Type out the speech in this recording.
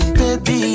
baby